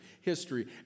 History